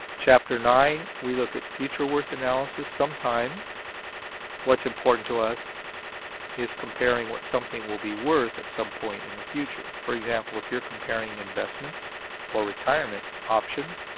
chapter nine we look at future worth analysis. sometimes what's important to us is comparing what something will be worth at some point in the future. for example, if you're comparing investments or retirement options,